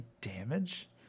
damage